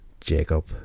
Jacob